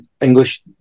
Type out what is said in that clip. English